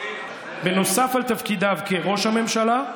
נוסף על תפקידיו כראש הממשלה,